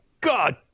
God